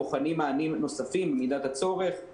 אנחנו בוחנים מענים נוספים במידת הצורך,